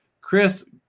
Chris